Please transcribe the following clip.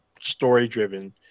story-driven